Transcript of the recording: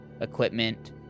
equipment